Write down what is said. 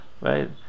right